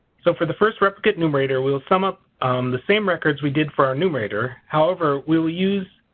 so for the first replicate numerator we will sum up the same records we did for our numerator. however we will use